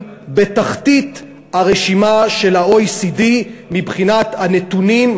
בתחתית הרשימה של ה-OECD מבחינת הנתונים,